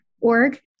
org